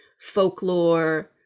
folklore